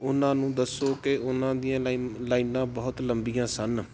ਉਹਨਾਂ ਨੂੰ ਦੱਸੋ ਕਿ ਉਹਨਾਂ ਦੀਆਂ ਲਾਈ ਲਾਈਨਾਂ ਬਹੁਤ ਲੰਬੀਆਂ ਸਨ